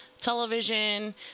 television